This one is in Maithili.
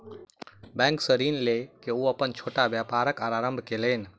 बैंक सॅ ऋण लय के ओ अपन छोट व्यापारक आरम्भ कयलैन